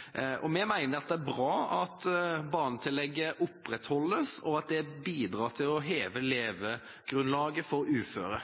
komiteen. Vi mener at det er bra at barnetillegget opprettholdes, og at det bidrar til å heve levegrunnlaget for uføre.